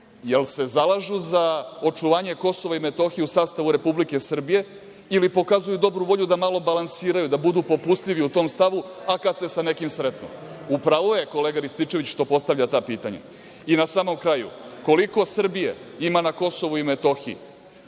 li se zalažu za očuvanje Kosova i Metohije u sastavu Republike Srbije ili pokazuju dobru volju da malo balansiraju, da budu popustljivi u tom stavu, a kad se sa nekim sretnu? U pravu je kolega Rističević što postavlja ta pitanja. Na samom kraju, koliko Srbije ima na Kosovu i Metohiji